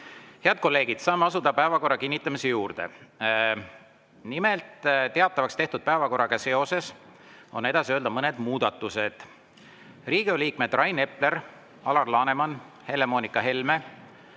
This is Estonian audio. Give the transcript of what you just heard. Head kolleegid, saame asuda päevakorra kinnitamise juurde. Nimelt, teatavaks tehtud päevakorraga seoses on edasi öelda mõned muudatused. Riigikogu liikmed Rain Epler, Alar Laneman, Helle-Moonika Helme,